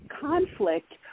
conflict